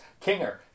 Kinger